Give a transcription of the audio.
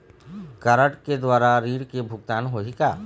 Card के द्वारा ऋण के भुगतान होही का?